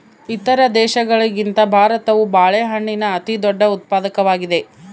ಇತರ ದೇಶಗಳಿಗಿಂತ ಭಾರತವು ಬಾಳೆಹಣ್ಣಿನ ಅತಿದೊಡ್ಡ ಉತ್ಪಾದಕವಾಗಿದೆ